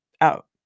out